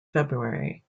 february